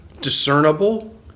discernible